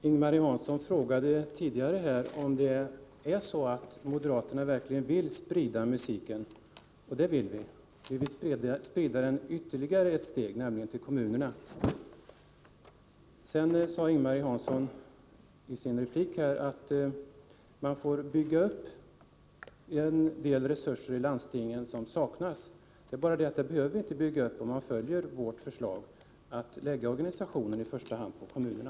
Herr talman! Ing-Marie Hansson frågade tidigare om moderaterna verkligen vill sprida musiken. Det vill vi. Vi vill sprida den ytterligare, nämligen till kommunerna. Sedan sade Ing-Marie Hansson i sin replik att man får bygga upp en del resurser i landstingen som nu saknas. Det är bara så att man behöver inte bygga upp någonting, om man följer vårt förslag att förlägga organisationen i första hand till kommunerna.